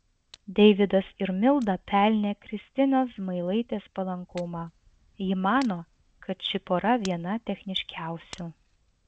deividas ir milda pelnė kristinos zmailaitės palankumą ji mano kad ši pora viena techniškiausių